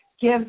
give